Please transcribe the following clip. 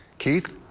keith?